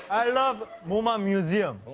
i love moma museum. oh.